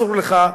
אסור לך.